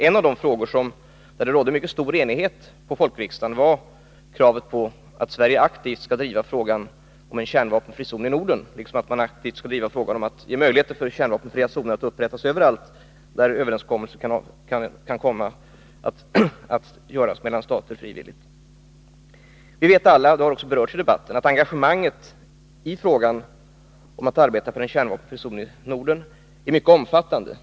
Ett av de krav som det på folkriksdagen rådde mycket stor enighet om var att Sverige aktivt skall driva frågan om en kärnvapenfri zon i Norden, liksom frågan att kärnvapenfria zoner skall kunna upprättas överallt där överenskommelser frivilligt kan träffas stater emellan. Vi vet alla, det har också berörts i debatten, att engagemanget i arbetet för en kärnvapenfri zon i Norden är mycket omfattande.